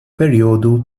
perjodu